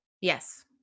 Yes